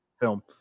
film